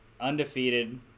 undefeated